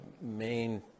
main